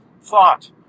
thought